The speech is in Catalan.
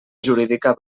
jurídica